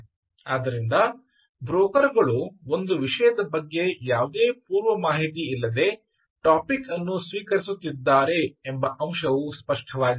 ಆದ್ದರಿಂದ ಬ್ರೋಕರ್ ಗಳು ಒಂದು ವಿಷಯದ ಬಗ್ಗೆ ಯಾವುದೇ ಪೂರ್ವ ಮಾಹಿತಿಯಿಲ್ಲದೆ ಟಾಪಿಕ್ ಅನ್ನು ಸ್ವೀಕರಿಸುತ್ತಿದ್ದಾರೆ ಎಂಬ ಅಂಶವು ಸ್ಪಷ್ಟವಾಗಿದೆ